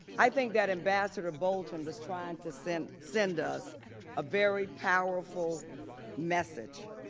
i think that ambassador bolton was trying to send send us a very powerful message.